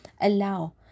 allow